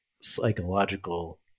psychological